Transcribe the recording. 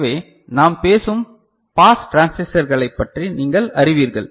எனவே நாம் பேசும் பாஸ் டிரான்சிஸ்டர்களை பற்றி நீங்கள் அறிவீர்கள்